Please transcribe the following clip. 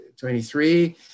23